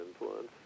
influence